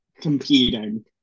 competing